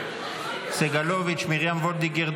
סגלוביץ'; מרים וולדיגר,